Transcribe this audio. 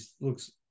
looks